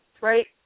right